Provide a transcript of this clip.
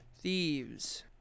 Thieves